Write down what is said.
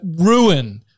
ruin